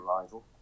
Arrival